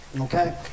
Okay